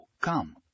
Come